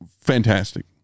Fantastic